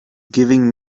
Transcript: giving